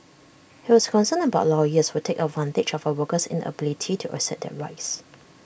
he was concerned about lawyers who take advantage of A worker's inability to assert their rights